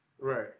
Right